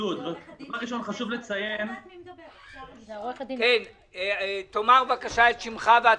זה עורך הדין שלו.